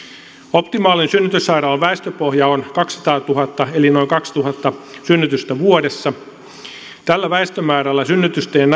optimaalinen synnytyssairaalan väestöpohja on kaksisataatuhatta asukasta eli noin kaksituhatta synnytystä vuodessa tällä väestömäärällä synnytysten ja ja